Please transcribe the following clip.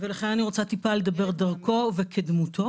לכן אני רוצה לדבר דרכו וכדמותו.